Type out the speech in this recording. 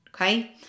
okay